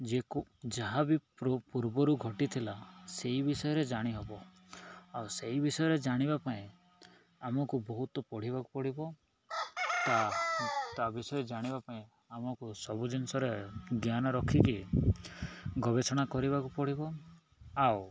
ଯେ ଯାହା ବିି ପୂର୍ବରୁ ଘଟିଥିଲା ସେଇ ବିଷୟରେ ଜାଣିହବ ଆଉ ସେଇ ବିଷୟରେ ଜାଣିବା ପାଇଁ ଆମକୁ ବହୁତ ପଢ଼ିବାକୁ ପଡ଼ିବ ତା ତା ବିଷୟରେ ଜାଣିବା ପାଇଁ ଆମକୁ ସବୁ ଜିନିଷରେ ଜ୍ଞାନ ରଖିକି ଗବେଷଣା କରିବାକୁ ପଡ଼ିବ ଆଉ